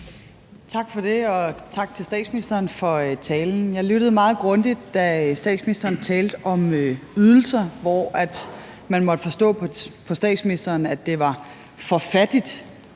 Tak for det. Og tak til statsministeren for talen. Jeg lyttede meget grundigt, da statsministeren talte om ydelser, hvor man måtte forstå på statsministeren, at det var for fattigt